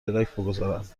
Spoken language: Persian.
بگذارند